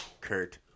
Kurt